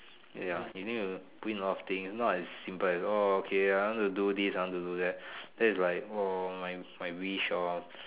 ya you need to do a lot thing not as simple as oh okay I want to do this I want to do that that's like oh my wish orh